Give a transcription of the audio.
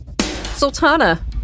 Sultana